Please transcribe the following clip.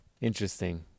Interesting